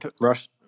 rush